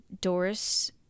Doris